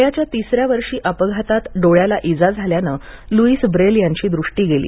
वयाच्या तिसऱ्या वर्षी अपघातात डोळ्याला इजा झाल्यानं लुई ब्रेल यांची दृष्टी गेली